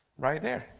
right there.